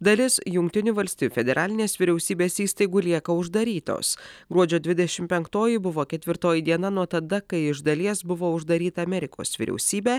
dalis jungtinių valstijų federalinės vyriausybės įstaigų lieka uždarytos gruodžio dvidešim penktoji buvo ketvirtoji diena nuo tada kai iš dalies buvo uždaryta amerikos vyriausybė